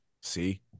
See